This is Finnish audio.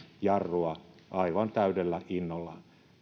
jarrua aivan täydellä innolla